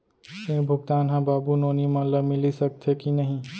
ऋण भुगतान ह बाबू नोनी मन ला मिलिस सकथे की नहीं?